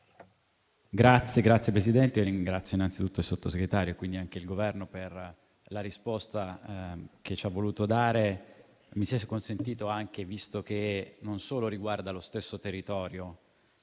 Signor Presidente, ringrazio innanzitutto il Sottosegretario e quindi il Governo per la risposta che ci ha voluto dare. Visto che il tema non solo riguarda lo stesso territorio,